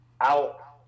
out